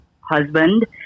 husband